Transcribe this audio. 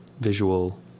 visual